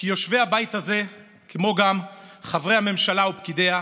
כי יושבי הבית הזה, כמו גם חברי הממשלה ופקידיה,